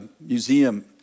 museum